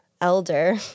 elder